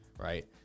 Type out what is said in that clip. right